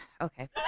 okay